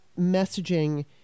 messaging